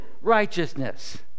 righteousness